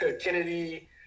Kennedy